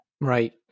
right